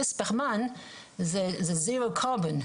אפס פחמן זה Zero Carbon,